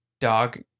Dog